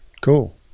cool